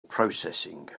processing